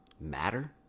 matter